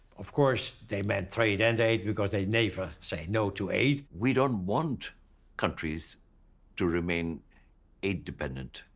of course they meant trade and aid because they never say no to aid. we don't want countries to remain aid dependent.